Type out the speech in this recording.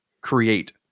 create